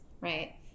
right